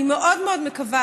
אני מאוד מאוד מקווה.